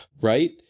right